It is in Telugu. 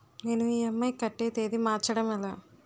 నేను ఇ.ఎం.ఐ కట్టే తేదీ మార్చడం ఎలా?